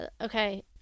okay